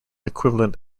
equivalent